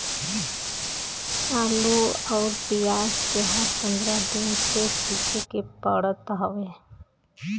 आलू अउरी पियाज के हर पंद्रह दिन पे सींचे के पड़त हवे